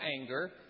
anger